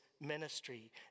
ministry